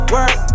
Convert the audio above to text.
Work